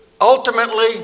Ultimately